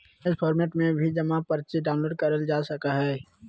image format में भी जमा पर्ची डाउनलोड करल जा सकय हय